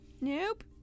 Nope